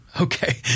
Okay